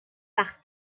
par